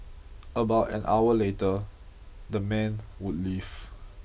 about an hour later the men would leave